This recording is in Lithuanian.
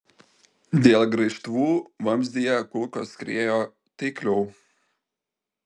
dėl graižtvų vamzdyje kulkos skriejo taikliau